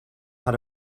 how